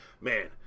Man